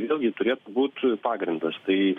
vėlgi turėtų būt pagrindas tai